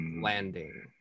landing